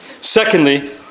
Secondly